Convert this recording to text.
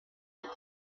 him